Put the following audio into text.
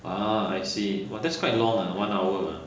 ah I see !wah! that's quite long ah one hour ah